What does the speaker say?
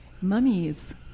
Mummies